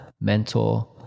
mentor